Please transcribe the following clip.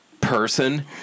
person